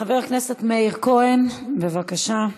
חבר הכנסת מאיר כהן, בבקשה.